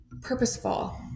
purposeful